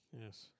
Yes